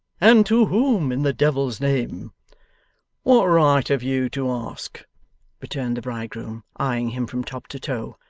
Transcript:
and to whom in the devil's name what right have you to ask returned the bridegroom, eyeing him from top to toe.